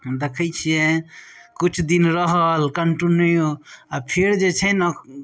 देखय छियै किछु दिन रहल कंटिन्यू आओर फेर जे छै ने